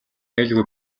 аюулгүй